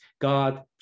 God